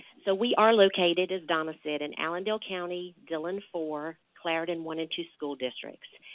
so we are located, as donna said, in allendale county, dillon four, clarendon one and two school districts.